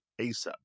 asap